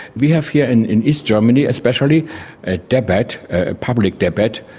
we have here and in east germany especially a debate, a public debate,